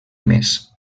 més